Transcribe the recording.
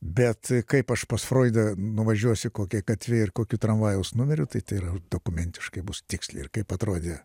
bet kaip aš pas froidą nuvažiuosiu kokia gatve ir kokiu tramvajaus numeriu tai tai yra dokumentiškai bus tiksliai ir kaip atrodė